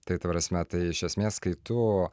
tai ta prasme tai iš esmės kai tu